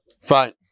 Fine